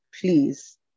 please